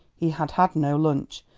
he had had no lunch,